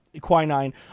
quinine